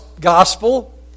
gospel